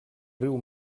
riu